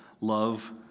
love